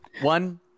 One